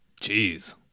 Jeez